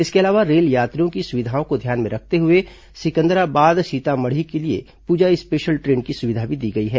इसके अलावा रेल यात्रियों की सुविधाओं को ध्यान में रखते हुए सिकंदराबाद सीतामढ़ी के लिए पूजा स्पेशल ट्रेन की सुविधा भी दी गई है